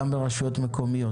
גם ברשויות מקומיות?